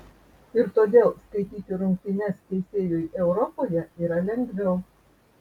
ir todėl skaityti rungtynes teisėjui europoje yra lengviau